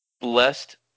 Blessed